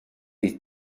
bydd